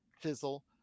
fizzle